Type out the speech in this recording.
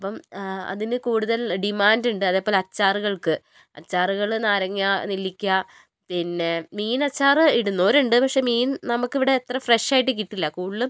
അപ്പം അതിന് കൂടുതൽ ഡിമാന്റ് ഉണ്ട് അതുപോലെ അച്ചാറുകൾക്ക് അച്ചാറുകൾ നാരങ്ങ നെല്ലിക്ക പിന്നെ മീൻ അച്ചാർ ഇടുന്നവരുണ്ട് പക്ഷേ മീൻ നമുക്കിവിടെ അത്ര ഫ്രഷ് ആയിട്ട് കിട്ടില്ല കൂടുതലും